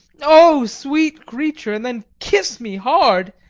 o sweet creature! and then kiss me hard,